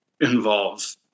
involve